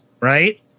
right